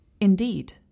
Indeed